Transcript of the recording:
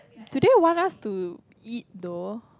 do they want us to eat though